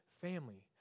family